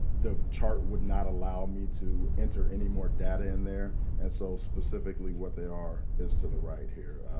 the chart would not allow me to enter any more data in there. and so specifically what they are is to the right here.